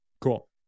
Cool